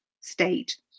state